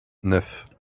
neuf